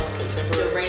contemporary